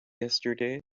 yesterday